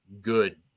good